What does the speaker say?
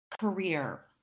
career